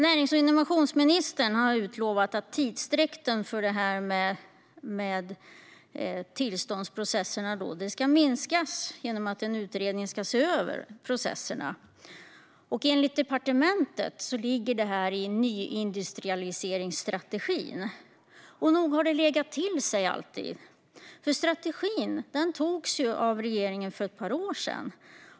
Närings och innovationsministern har utlovat att tidsutdräkten för tillståndsprocesserna ska kortas genom att en utredning ska se över processerna. Enligt departementet ligger det här i nyindustrialiseringsstrategin. Och nog har den legat till sig alltid. Strategin togs nämligen av regeringen för ett par år sedan.